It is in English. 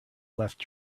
left